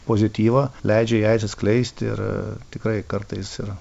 pozityvą leidžia jai atsiskleisti ir tikrai kartais yra